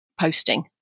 posting